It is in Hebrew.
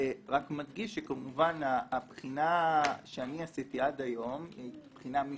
אני רק מדגיש שכמובן הבחינה שאני עשיתי עד היום היא בחינה משפטית,